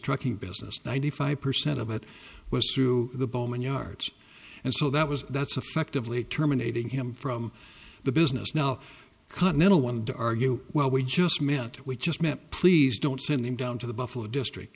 trucking business ninety five percent of it was through the bowman yards and so that was that's affectively terminating him from the business now continental wanted to argue well we just meant we just meant please don't send him down to the buffalo district